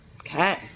Okay